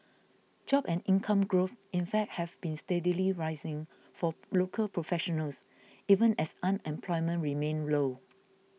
job and income growth in fact have been steadily rising for local professionals even as unemployment remained low